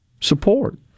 support